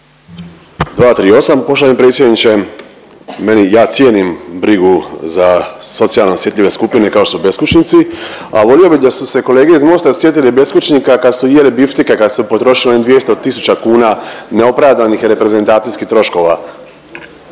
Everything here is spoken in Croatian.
238. poštovani predsjedniče. Ja cijenim brigu za socijalno osjetljive skupine kao što su beskućnici, a volio bih da su se kolege iz Mosta sjetili beskućnika kad su jeli bifteke, kad su potrošili onih 200 000 kuna neopravdanih reprezentacijskih troškova.